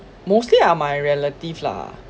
mostly are my relatives lah